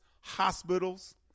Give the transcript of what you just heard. hospitals